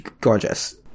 gorgeous